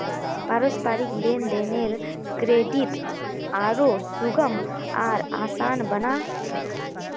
पारस्परिक लेन देनेर क्रेडित आरो सुगम आर आसान बना छेक